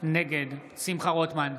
נגד שמחה רוטמן,